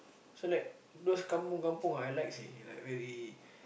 so like those kampung kampung I like seh like very